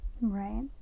Right